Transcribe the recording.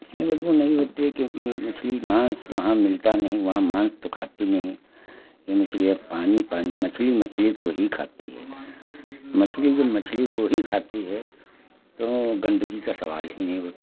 इसमें बदबू नहीं होती है क्योंकि ये मछली मांस वहां मिलता नहीं वहां मांस तो खाते नहीं हैं ये मछलियां पानी पानी मछली मछली को ही खाती हैं मछली जो मछली को ही खाती है तो गन्दगी का सवाल ही नहीं उठता